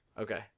Okay